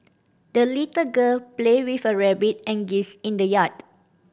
the little girl played with her rabbit and geese in the yard